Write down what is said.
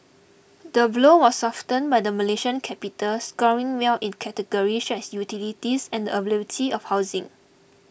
the blow was softened by the Malaysian capital scoring well in categories such as utilities and availability of housing